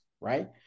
right